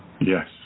Yes